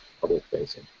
public-facing